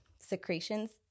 secretions